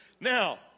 Now